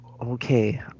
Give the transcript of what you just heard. okay